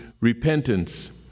repentance